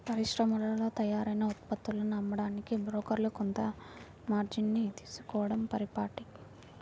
పరిశ్రమల్లో తయారైన ఉత్పత్తులను అమ్మడానికి బ్రోకర్లు కొంత మార్జిన్ ని తీసుకోడం పరిపాటి